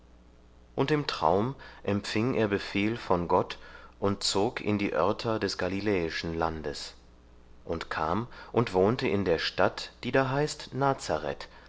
und im traum empfing er befehl von gott und zog in die örter des galiläischen landes und kam und wohnte in der stadt die da heißt